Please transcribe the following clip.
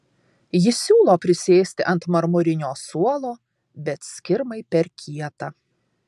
ji siūlo prisėsti ant marmurinio suolo bet skirmai per kieta